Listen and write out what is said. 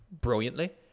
brilliantly